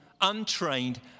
untrained